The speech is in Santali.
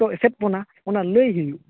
ᱮᱥᱮᱫ ᱵᱚᱱᱟ ᱚᱱᱟ ᱞᱟᱹᱭ ᱦᱩᱭᱩᱜᱼᱟ